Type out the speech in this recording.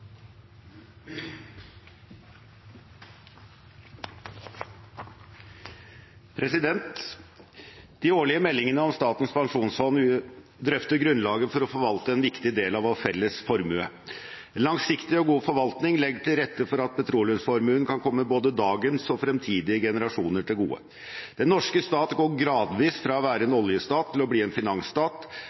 De årlige meldingene om Statens pensjonsfond drøfter grunnlaget for å forvalte en viktig del av vår felles formue. En langsiktig og god forvaltning legger til rette for at petroleumsformuen kan komme både dagens og fremtidige generasjoner til gode. Den norske stat går gradvis fra å være en oljestat til å bli en finansstat,